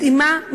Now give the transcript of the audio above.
מדהימה,